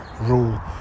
rule